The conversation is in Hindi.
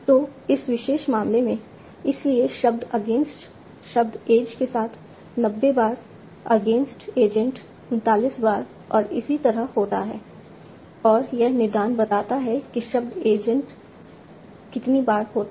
तो इस विशेष मामले में इसलिए शब्द अगेंस्ट शब्द ऐज के साथ 90 बार अगेंस्ट एजेंट 39 बार और इसी तरह होता है और यह निदान बताता है कि शब्द एजेंट कितनी बार होता है